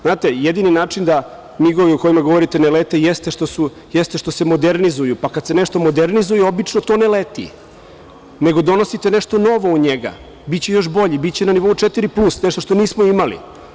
Znate, jedini način da MIG-ovi o kojima govorite ne lete jeste što se modernizuju, pa kad se nešto modernizuje to ne leti, nego donosite nešto novo u njega, biće još bolji, biće na nivou četiri plus, nešto što nismo imali.